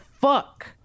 fuck